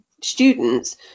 students